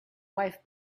wife